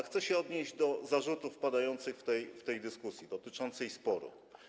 Chcę się odnieść do zarzutów padających w tej dyskusji dotyczącej sporu.